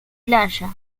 playa